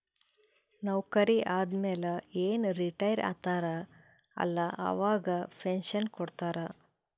ನೌಕರಿ ಆದಮ್ಯಾಲ ಏನ್ ರಿಟೈರ್ ಆತಾರ ಅಲ್ಲಾ ಅವಾಗ ಪೆನ್ಷನ್ ಕೊಡ್ತಾರ್